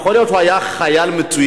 יכול להיות שהוא היה חייל מצוין,